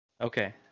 Okay